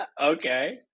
Okay